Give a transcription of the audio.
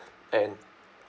and